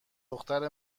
دختر